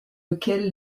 lequel